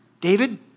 David